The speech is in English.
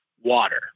water